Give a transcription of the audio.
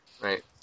Right